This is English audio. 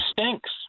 stinks